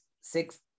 six